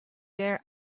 there